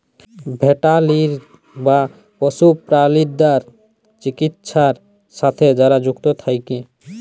veterinary বা পশু প্রালিদ্যার চিকিৎছার সাথে যারা যুক্ত থাক্যে